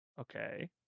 Okay